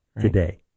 today